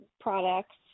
products